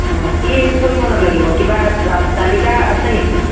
অঁ কি পৰিমাণত লাগিব কিবা তা তালিকা আছে নেকি